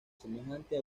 semejante